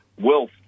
wealth